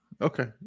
Okay